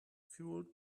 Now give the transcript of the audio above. fueled